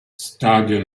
stadio